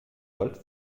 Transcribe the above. gold